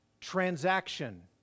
transaction